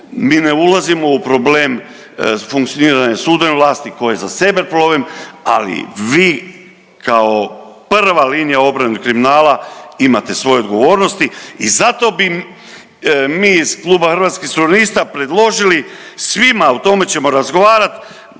Mi ne ulazimo u problem funkcioniranja sudbene vlasti koje za …/Govornik se ne razumije./… ali vi kao prva linija obrane od kriminala imate svoje odgovornosti. I zato mi iz kluba Hrvatskih suverenista predložili svima, o tome ćemo razgovarati